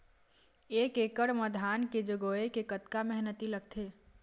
एक एकड़ म धान के जगोए के कतका मेहनती लगथे?